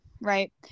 right